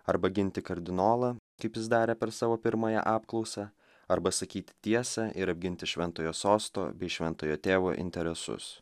arba ginti kardinolą kaip jis darė per savo pirmąją apklausą arba sakyti tiesą ir apginti šventojo sosto bei šventojo tėvo interesus